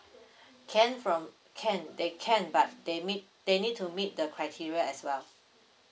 can from can they can but they meet they need to meet the criteria as well